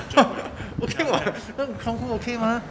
okay [what] 那 kung fu okay mah